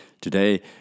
Today